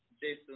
Jason